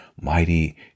mighty